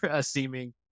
seeming